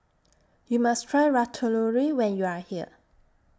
YOU must Try Ratatouille when YOU Are here